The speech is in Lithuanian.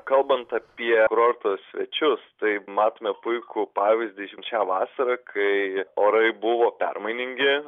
kalbant apie kurorto svečius tai matome puikų pavyzdį šią vasarą kai orai buvo permainingi